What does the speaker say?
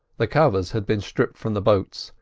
the covers had been stripped from the boats,